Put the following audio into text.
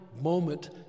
moment